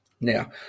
Now